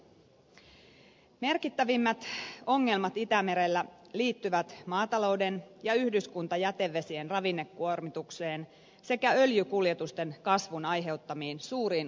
merkittävimmät ongelmat itämerellä liittyvät maatalouden ja yhdyskuntajätevesien ravinnekuormitukseen sekä öljykuljetusten kasvun aiheuttamiin suuriin onnettomuusriskeihin